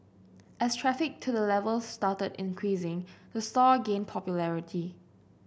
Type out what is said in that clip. as traffic to the level started increasing the store gained popularity